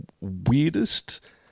weirdest